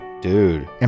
Dude